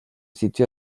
situe